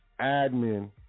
admin